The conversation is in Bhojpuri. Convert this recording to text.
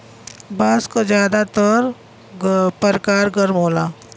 बांस क जादातर परकार गर्म होला